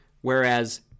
Whereas